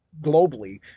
globally